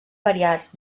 variats